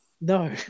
No